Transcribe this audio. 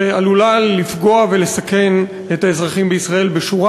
שעלול לפגוע ולסכן את האזרחים בישראל בשורה